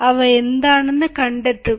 അവ എന്താണെന്ന് കണ്ടെത്തുക